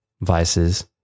vices